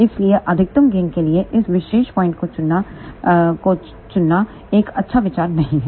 इसलिए अधिकतम गेन के लिए इस विशेष पॉइंट को चुनना एक अच्छा विचार नहीं है